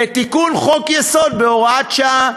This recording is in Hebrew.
לתיקון חוק-יסוד בהוראת שעה.